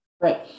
Right